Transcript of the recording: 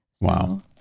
Wow